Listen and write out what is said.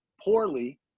poorly